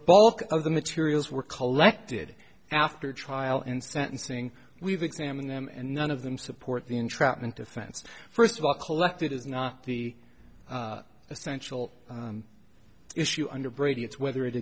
bulk of the materials were collected after trial and sentencing we've examined them and none of them support the entrapment defense first of all collected is not the essential issue under brady it's whether it